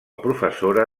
professora